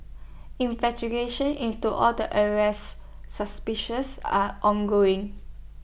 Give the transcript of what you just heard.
investigations into all the arrested suspicious are ongoing